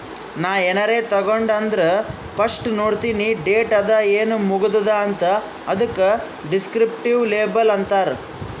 ನಾ ಏನಾರೇ ತಗೊಂಡ್ ಅಂದುರ್ ಫಸ್ಟ್ ನೋಡ್ತೀನಿ ಡೇಟ್ ಅದ ಏನ್ ಮುಗದೂದ ಅಂತ್, ಅದುಕ ದಿಸ್ಕ್ರಿಪ್ಟಿವ್ ಲೇಬಲ್ ಅಂತಾರ್